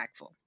impactful